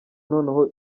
noneho